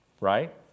right